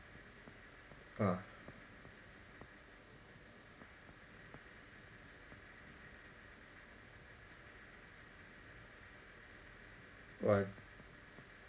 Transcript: !wah! !wah!